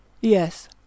Yes